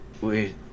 Wait